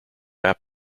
app